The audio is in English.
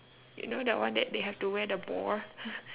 you know the one that they have to wear the ball